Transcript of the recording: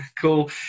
Cool